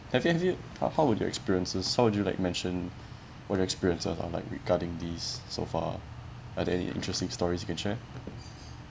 have you have you ho~ how would your experiences how would you like mention what your experiences are like regarding these so far are there interesting stories you can share